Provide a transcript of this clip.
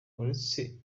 uretse